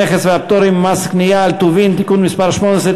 המכס והפטורים ומס קנייה על טובין (תיקון מס' 18),